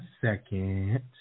second